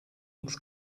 looks